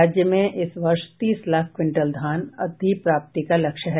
राज्य में इस वर्ष तीस लाख क्विंटल धान अधिप्राप्ति का लक्ष्य है